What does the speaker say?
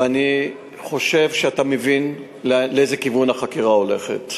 ואני חושב שאתה מבין לאיזה כיוון החקירה הולכת.